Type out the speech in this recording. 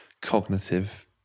cognitive